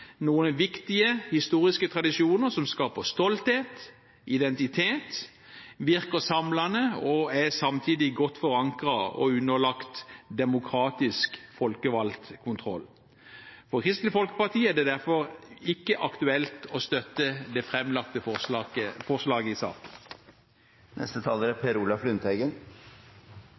noen viktige historiske tradisjoner som skaper stolthet og identitet, virker samlende og samtidig er godt forankret og underlagt demokratisk, folkevalgt kontroll. For Kristelig Folkeparti er det derfor ikke aktuelt å støtte det framlagte forslaget i saken.